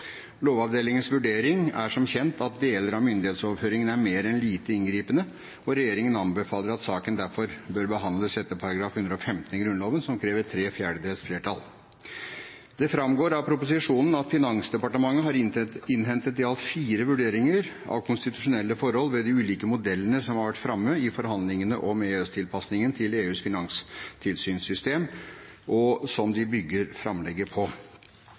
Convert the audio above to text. Lovavdelingens vurdering er som kjent at deler av myndighetsoverføringen er mer enn lite inngripende, og regjeringen anbefaler at saken derfor bør behandles etter § 115 i Grunnloven, som krever tre fjerdedels flertall. Det framgår av proposisjonen at Finansdepartementet har innhentet i alt fire vurderinger av konstitusjonelle forhold ved de ulike modellene som har vært framme i forhandlingene om EØS-tilpasningen til EUs finanstilsynssystem, og som de bygger framlegget på.